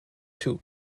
two